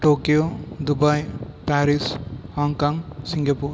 Tokyo Dubai Paris Hong Kong Singapore